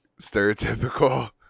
stereotypical